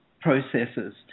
processes